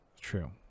True